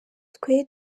twe